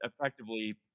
effectively